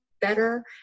better